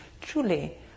truly